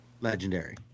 legendary